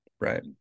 Right